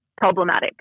problematic